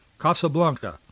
Casablanca